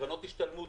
קרנות השתלמות,